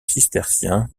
cisterciens